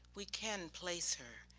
we can place her,